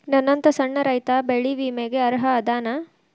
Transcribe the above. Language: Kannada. ನನ್ನಂತ ಸಣ್ಣ ರೈತಾ ಬೆಳಿ ವಿಮೆಗೆ ಅರ್ಹ ಅದನಾ?